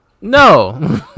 no